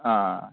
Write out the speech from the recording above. آ